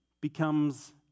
becomes